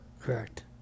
Correct